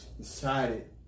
decided